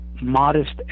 modest